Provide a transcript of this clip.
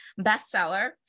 bestseller